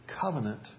covenant